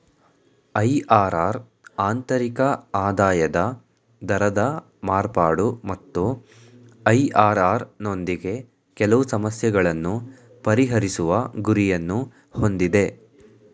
IRR ಆಂತರಿಕ ಆದಾಯದ ದರದ ಮಾರ್ಪಾಡು ಮತ್ತು ಐ.ಆರ್.ಆರ್ ನೊಂದಿಗೆ ಕೆಲವು ಸಮಸ್ಯೆಗಳನ್ನು ಪರಿಹರಿಸುವ ಗುರಿಯನ್ನು ಹೊಂದಿದೆ